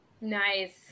Nice